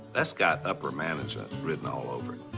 that's got upper management written all over it.